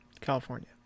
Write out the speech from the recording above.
California